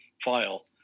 file